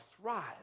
thrive